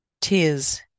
tears